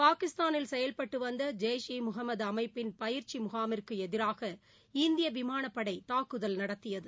பாகிஸ்தானில் செயல்பட்டுவந்தஜெய் ஷ் முகமதுஅமைப்பின் பயிற்சிமுகாமிற்குஎதிராக இந்தியவிமானப்படைதாக்குதல் நடத்தியது